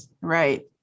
right